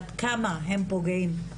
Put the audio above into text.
עד כמה הם פוגעים,